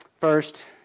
First